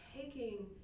taking